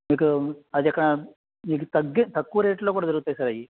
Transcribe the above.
మీకు అది కా మీకు తగ్గే తక్కువ రేట్లో కూడా దొరుకుతాయి సార్ అవి